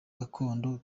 gakondo